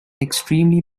extremely